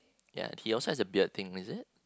ya he also has a beard thing is it